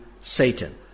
Satan